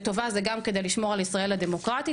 לטובה זה גם כדי לשמור על ישראל הדמוקרטית,